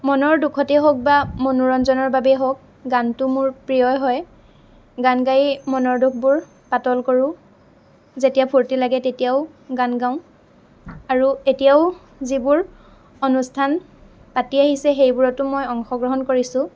মনৰ দুখতে হওক বা মনোৰঞ্জনৰ বাবেই হওক গানটো মোৰ প্ৰিয়ই হয় গান গাই মনৰ দুখবোৰ পাতল কৰোঁ যেতিয়া ফূৰ্তি লাগে তেতিয়াও গান গাওঁ আৰু এতিয়াও যিবোৰ অনুষ্ঠান পাতি আহিছে সেইবোৰতো মই অংশগ্ৰহণ কৰিছোঁ